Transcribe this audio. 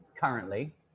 currently